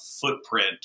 footprint